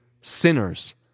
sinners